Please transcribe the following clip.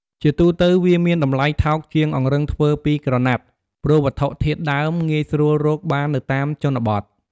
ជាទូទៅ វាមានតម្លៃថោកជាងអង្រឹងធ្វើពីក្រណាត់ ព្រោះវត្ថុធាតុដើមងាយស្រួលរកបាននៅតាមជនបទ។